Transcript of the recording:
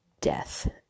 death